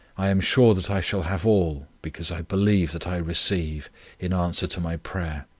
i am sure that i shall have all, because i believe that i receive in answer to my prayer